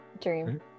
dream